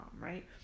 right